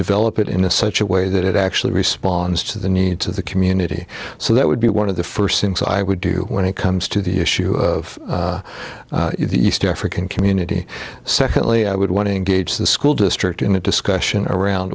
develop it in a such a way that it actually responds to the needs of the community so that would be one of the first things i would do when it comes to the issue of the east african community secondly i would want to engage the school district in a discussion around